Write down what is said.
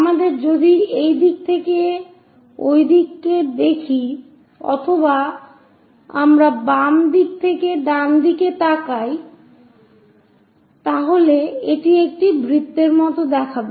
আমরা যদি এই দিক থেকে ওদিক দেখি অথবা আমরা বাম দিক থেকে ডান দিকের দিকে তাকিয়ে দেখি তাহলে এটি একটি বৃত্তের মত দেখাবে